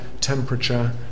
temperature